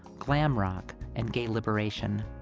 glam rock and gay liberation.